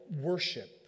worship